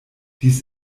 dies